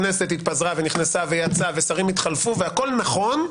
הכנסת התפזרה ונכנסה ויצאה ושרים התחלפו והכל נכון,